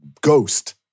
ghost